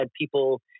people